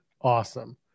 awesome